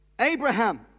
Abraham